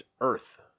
Earth